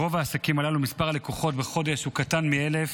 ברוב העסקים הללו מספר הלקוחות בחודש קטן מ-1,000,